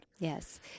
Yes